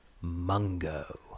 Mungo